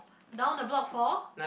now the block for